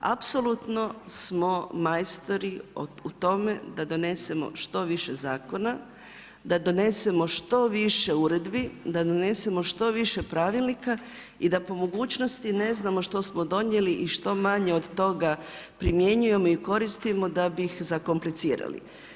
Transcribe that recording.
Apsolutno smo majstori u tome da donesemo što više zakona, da donesemo što više uredbi, da donesemo što više pravilnika i da po mogućnosti ne znamo što smo donijeli i što manje od toga primjenjujemo i koristimo da bi ih zakomplicirali.